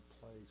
place